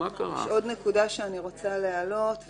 יש עוד נקודה שאני רוצה להעלות.